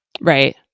Right